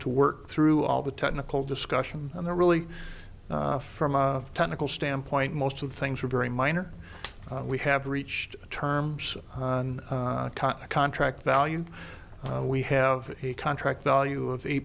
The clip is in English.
to work through all the technical discussion and the really from a technical standpoint most of the things are very minor we have reached terms on a contract value we have a contract value of